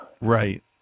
Right